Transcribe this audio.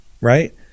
right